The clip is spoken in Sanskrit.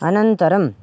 अनन्तरम्